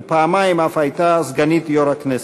ופעמיים אף הייתה סגנית יושב-ראש הכנסת.